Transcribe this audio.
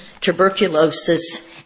tuberculosis